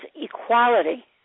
equality